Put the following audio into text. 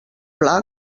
pla